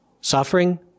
Suffering